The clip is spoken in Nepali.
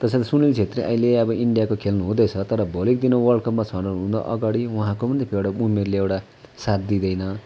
त्यसैले सुनील क्षेत्री अहिले अब इन्डियाको खेल्नुहुँदैछ तर भोलिको दिनमा वर्ल्डकपमा छनौट हुनअगाडि उहाँको पनि एउटा उमेरले एउटा साथ दिँदैन